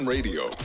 Radio